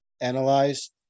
analyze